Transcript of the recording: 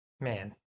Man